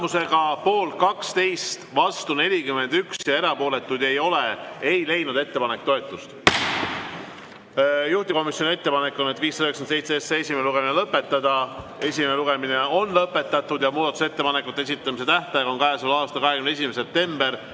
Tulemusega poolt 12, vastu 41 ja erapooletuid ei ole, ei leidnud ettepanek toetust. Juhtivkomisjoni ettepanek on eelnõu 597 esimene lugemine lõpetada. Esimene lugemine on lõpetatud ja muudatusettepanekute esitamise tähtaeg on käesoleva aasta 21. september